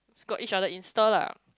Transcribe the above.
got each other's insta lah